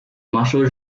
marshal